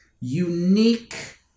unique